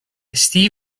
steve